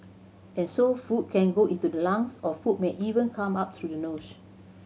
and so food can go into the lungs or food may even come up through the nose